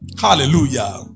Hallelujah